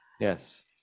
Yes